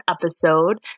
episode